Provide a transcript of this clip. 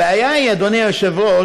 הבעיה היא, אדוני היושב-ראש,